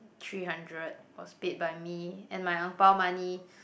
three hundred was paid by me and my ang pao money